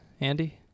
Andy